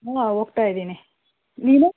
ಹ್ಞೂ ಆಂ ಹೋಗ್ತಾಯಿದ್ದೀನಿ ನೀನು